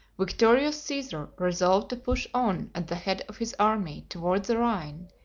victorious caesar resolved to push on at the head of his army toward the rhine,